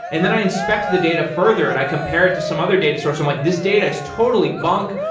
and then i inspect the data further and i compare it to some other data sources, i'm like, this data is totally bonk.